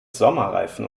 sommerreifen